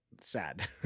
Sad